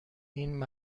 این